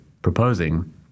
Proposing